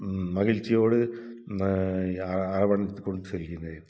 மகிழ்ச்சியோடு ஆவணத்துக்கு கொண்டு செல்கின்றேன்